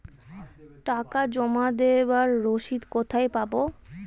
টাকা জমা দেবার রসিদ কোথায় পাব?